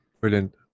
brilliant